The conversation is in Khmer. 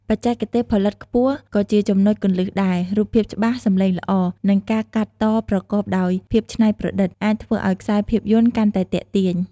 បច្ចេកទេសផលិតខ្ពស់ក៏ជាចំណុចគន្លឹះដែរ រូបភាពច្បាស់ សម្លេងល្អ និងការកាត់តប្រកបដោយភាពច្នៃប្រឌិត អាចធ្វើឱ្យខ្សែភាពយន្តកាន់តែទាក់ទាញ។